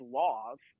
laws